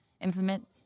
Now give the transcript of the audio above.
implement